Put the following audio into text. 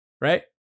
right